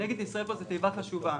"נגד ישראל" פה זה תיבה חשובה.